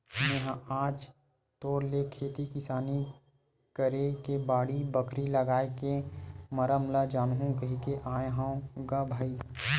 मेहा आज तोर ले खेती किसानी करे के बाड़ी, बखरी लागए के मरम ल जानहूँ कहिके आय हँव ग भाई